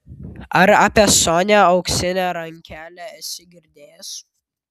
ar apie sonią auksinę rankelę esi girdėjęs